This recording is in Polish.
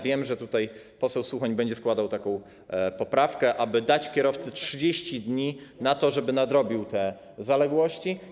Wiem, że poseł Suchoń będzie składał taką poprawkę, aby dać kierowcy 30 dni na to, żeby nadrobił te zaległości.